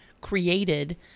created